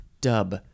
dub